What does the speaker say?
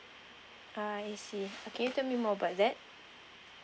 ah I see can you tell me more about that